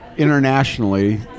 Internationally